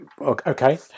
okay